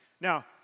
Now